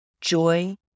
Joy